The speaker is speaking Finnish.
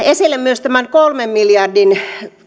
esille myös tämän kolmen miljardin